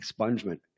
expungement